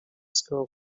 school